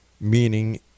meaning